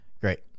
Great